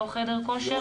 לא חדר כושר,